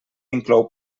inclou